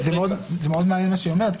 זה מאוד מעניין מה שהיא אומרת,